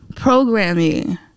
Programming